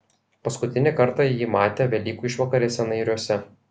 paskutinį kartą jį matė velykų išvakarėse nairiuose